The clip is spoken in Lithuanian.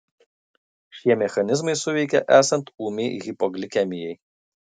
šie mechanizmai suveikia esant ūmiai hipoglikemijai